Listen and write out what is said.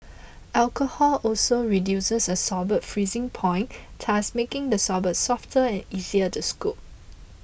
alcohol also reduces a sorbet's freezing point thus making the sorbet softer and easier to scoop